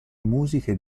musiche